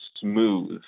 smooth